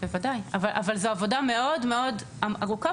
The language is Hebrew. בוודאי, אבל זו עבודה מאוד מאוד ארוכה.